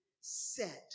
set